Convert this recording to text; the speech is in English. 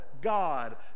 God